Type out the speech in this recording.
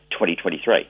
2023